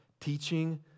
teaching